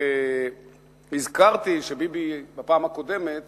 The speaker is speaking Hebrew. הזכרתי שביבי בפעם הקודמת